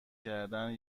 کردن